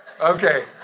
Okay